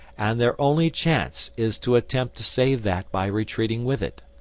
and their only chance is to attempt to save that by retreating with it.